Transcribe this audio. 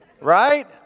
right